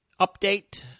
update